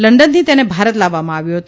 લંડનથી તેને ભારત લાવવવામાં આવ્યો છે